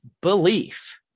belief